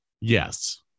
Yes